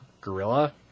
Gorilla